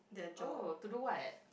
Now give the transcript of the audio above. oh to do what